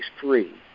free